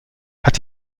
hat